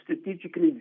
strategically